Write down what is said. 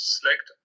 Select